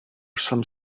some